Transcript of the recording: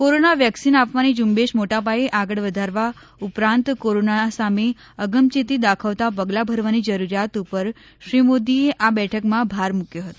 corona vaccine આપવાની ઝુંબેશ મોટાપાયે આગળ વધારવા ઉપરાંત કોરોના સામે અગમચેતી દાખવતાં પગલાં ભરવાની જરૂરિયાત ઉપર શ્રી મોદીએ આ બેઠકમાં ભાર મૂક્યો હતો